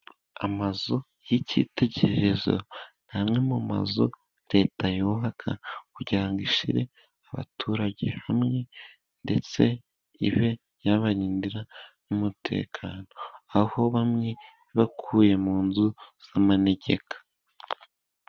Amazu y'icyitegererezo ni amwe mu mazu Leta yubaka kugira ngo ishyire abaturage hamwe, ndetse ibe yabarindira n'umutekano, aho bamwe yabakuye mu nzu z'amanegeka.